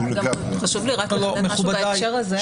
חשוב לי רק לציין משהו בהקשר הזה.